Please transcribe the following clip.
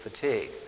fatigue